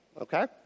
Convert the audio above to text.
okay